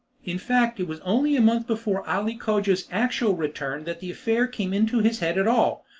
in fact, it was only a month before ali cogia's actual return that the affair came into his head at all,